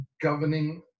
governing